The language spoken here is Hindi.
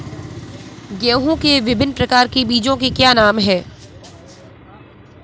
गेहूँ के विभिन्न प्रकार के बीजों के क्या नाम हैं?